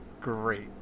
great